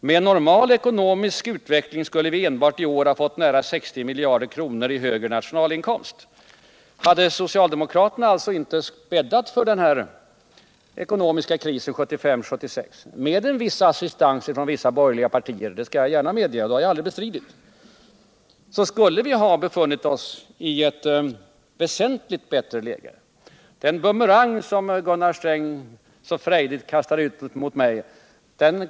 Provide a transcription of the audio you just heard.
Med en normal ekonomisk utveckling skulle vi enbart i år ha fått nära 60 miljarder kronor i högre nationalinkomst.” Hade alltså socialdemokraterna inte bäddat för den här ekonomiska krisen 1975-1976, med en viss assistans från en del borgerliga partier — det skall jag gärna medge och har heller aldrig bestridit det — så skulle vi i dag ha befunnit oss i ett väsentligt bättre läge. Den bumerang som Gunnar Sträng så frejdigt kastade ut mot mig.